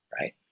right